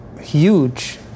huge